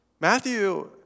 Matthew